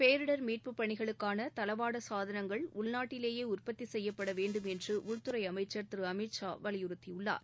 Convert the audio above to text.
பேரிடர் மீட்பு பணிகளுக்கான தளவாட சாதனங்கள் உள்நாட்டிலேயே செய்யப்படவேண்டும் என்று உள்துறை அமைச்சர் திரு அமித்ஷா வலியுறுத்தியுள்ளார்